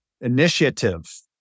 initiative